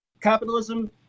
capitalism